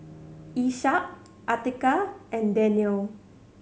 Ishak Atiqah and Daniel